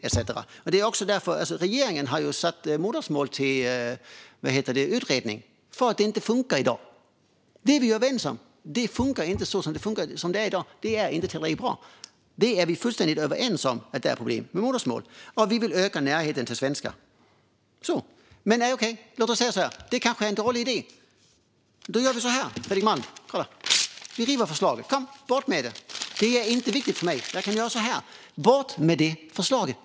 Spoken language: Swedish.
Men regeringen har ju tillsatt en utredning om modersmålsundervisning, för att det inte funkar i dag. Det är vi överens om. Det funkar inte som det är i dag - det är inte tillräckligt bra. Vi är fullständigt överens om att det finns problem med modersmålsundervisningen. Och vi vill öka närheten till svenska språket. Men okej, låt oss säga så här: Det kanske är en dålig idé. Då gör vi så att jag river sönder förslaget. Bort med det! Det är inte viktigt för mig. Jag kan kasta bort det.